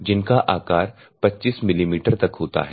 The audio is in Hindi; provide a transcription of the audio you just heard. जिनका आकार 25 मिलीमीटर तक होता है